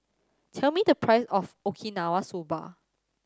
tell me the price of Okinawa Soba